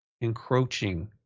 encroaching